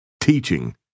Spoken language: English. teaching